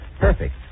Perfect